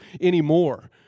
anymore